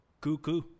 cuckoo